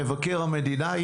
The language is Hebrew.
מבקר המדינה,